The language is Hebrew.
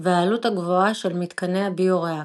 והעלות הגבוהה של מתקני הביו-ריאקטור.